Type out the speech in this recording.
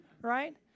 right